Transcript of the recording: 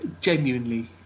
genuinely